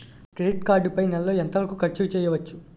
Credit card పై నెల లో ఎంత వరకూ ఖర్చు చేయవచ్చు?